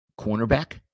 Cornerback